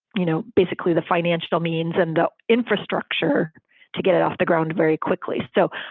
you know, basically the financial means and the infrastructure to get it off the ground very quickly. so,